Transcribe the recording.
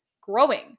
growing